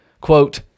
quote